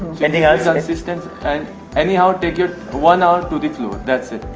yeah, anything else our assistant and anyhow, take it one hour to the floor. that's it.